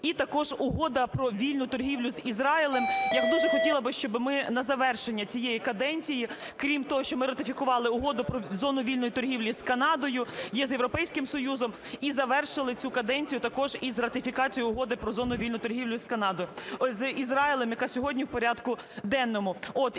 І також Угода про вільну торгівлю з Ізраїлем. Я б хотіла, щоб ми на завершення цієї каденції, крім того, що ми ратифікували Угоду про зону вільної торгівлі з Канадою, є з Європейським Союзом, і завершили цю каденцію також із ратифікації Угоди про зону вільної торгівлі з Канадою… з Ізраїлем, яка сьогодні в порядку денному.